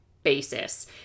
basis